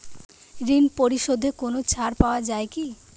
ঋণ পরিশধে কোনো ছাড় পাওয়া যায় কি?